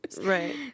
Right